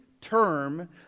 term